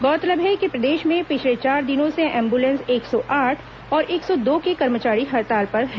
गौरतलब है कि प्रदेश में पिछले चार दिनों से एंबुलेंस एक सौ आठ और एक सौ दो के कर्मचारी हड़ताल पर हैं